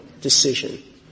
decision